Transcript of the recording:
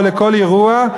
או לכל אירוע,